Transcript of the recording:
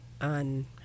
on